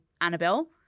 Annabelle